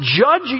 judge